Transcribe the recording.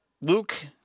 Luke